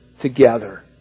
together